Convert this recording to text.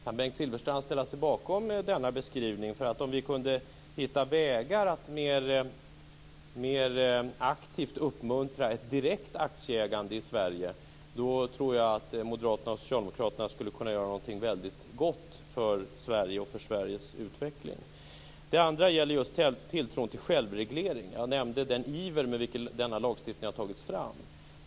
Kan Bengt Silfverstrand ställa sig bakom denna beskrivning? Om vi kunde hitta vägar att mer aktivt uppmuntra ett direkt aktieägande i Sverige tror jag att moderaterna och socialdemokraterna skulle kunna göra någonting väldigt gott för Sverige och för Sveriges utveckling. Det andra gäller just tilltron till självreglering. Jag nämnde den iver med vilken denna lagstiftning har tagits fram.